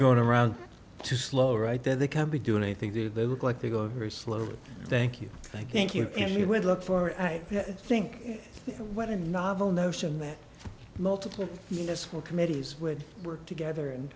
going around too slow right that they can be doing anything did they look like they go very slowly thank you thank you and you would look for i think what a novel notion that multiple useful committees would work together and